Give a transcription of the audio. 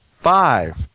Five